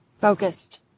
Focused